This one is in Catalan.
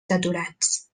saturats